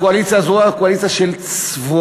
הקואליציה הזו: קואליציה של צבועים.